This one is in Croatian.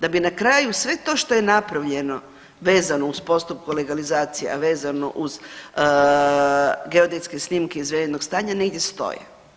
Da bi na kraju sve to što je napravljeno vezano uz postupak legalizacija, vezano uz geodetske snimke izvedenog stanja negdje stoje.